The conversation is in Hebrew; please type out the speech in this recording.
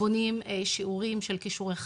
בונים שיעורים של כישורי חיים,